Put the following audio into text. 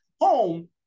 home